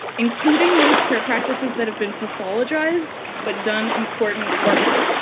including those care practices that have been pathologized but done important work.